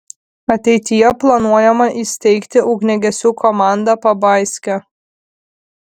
ateityje planuojama įsteigti ugniagesių komandą pabaiske